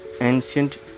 ancient